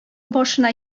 башына